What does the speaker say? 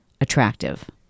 attractive